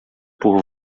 por